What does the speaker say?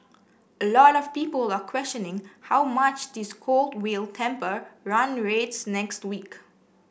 a lot of people are questioning how much this cold will temper run rates next week